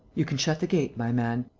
you can shut the gate, my man.